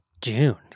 June